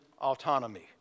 autonomy